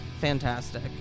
fantastic